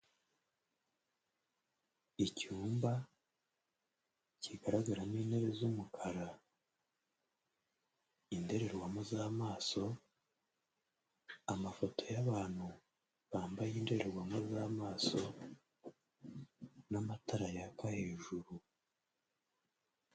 Icyumba kigaragaramo intebe z'umukara, indorerwamo z'amaso, amafoto y'abantu bambaye indorerwamo z'amaso n'amatara yaka hejuru.